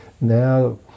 Now